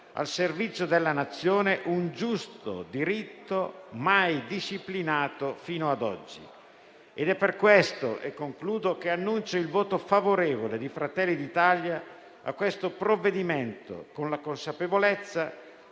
al servizio della Nazione un giusto diritto, mai disciplinato fino ad oggi. È per questo che annuncio il voto favorevole di Fratelli d'Italia a questo provvedimento, con la consapevolezza